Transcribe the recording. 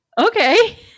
Okay